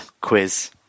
quiz